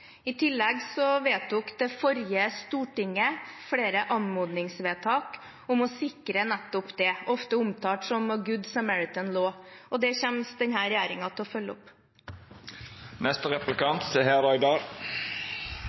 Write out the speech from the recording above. I tillegg vedtok det forrige storting flere anmodningsvedtak om å sikre nettopp det, ofte omtalt som «good samaritan law». Det kommer denne regjeringen til å følge opp.